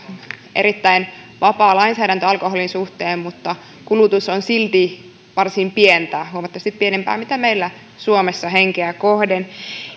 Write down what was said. erittäin vapaa lainsäädäntö alkoholin suhteen kulutus on silti varsin pientä huomattavasti pienempää kuin meillä suomessa henkeä kohden